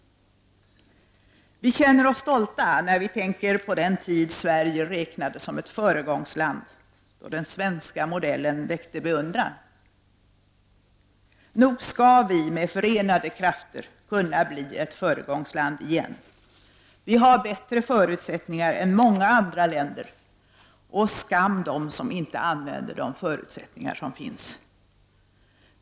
Vi känner oss stolta när vi tänker på den tid då Sverige räknades som föregångsland, då den svenska modellen väckte beundran. Nog skall vi med förenade krafter kunna bli ett föregångsland igen. Vi har bättre förutsättningar än många andra länder, och skam den som inte använder de förutsättningar som finns!